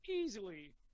easily